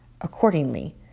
accordingly